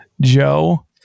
Joe